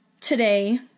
today